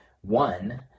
One